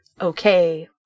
okay